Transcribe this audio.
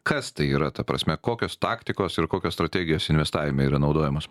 kas tai yra ta prasme kokios taktikos ir kokios strategijos investavime yra naudojamos